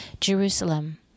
Jerusalem